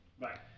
Right